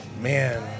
Man